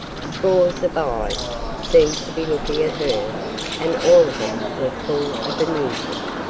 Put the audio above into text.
scores of eyes seemed to be looking at her and all of them were full of amusement.